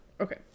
okay